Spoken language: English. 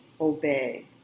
obey